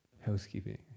Housekeeping